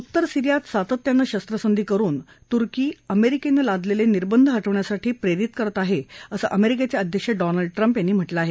उत्तर सीरियामध्ये सातत्यानं शस्त्रसंधी करून तुर्की अमेरिकेला तुर्कींवर लादलेले निर्बंध हटवण्यासाठी प्रेरित करत आहे असं अमेरिकेचे अध्यक्ष डोनाल्ड ट्रम्प यांनी म्हटलं आहे